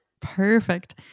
Perfect